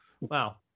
Wow